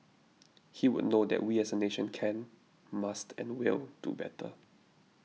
he would know that we as a nation can must and will do better